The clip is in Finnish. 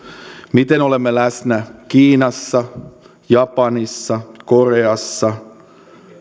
miten olemme läsnä kiinassa japanissa koreassa